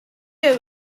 you